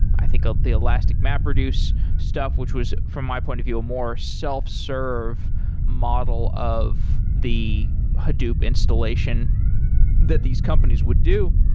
i think ah the elastic mapreduce stuff, which was from my point of view a more self-serve model of the hadoop installation that these companies would do.